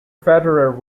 federer